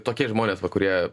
tokie žmonės va kurie